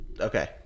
okay